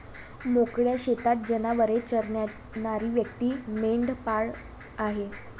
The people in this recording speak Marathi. मोकळ्या शेतात जनावरे चरणारी व्यक्ती मेंढपाळ आहे